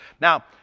Now